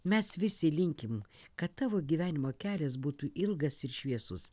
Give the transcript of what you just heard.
mes visi linkim kad tavo gyvenimo kelias būtų ilgas ir šviesus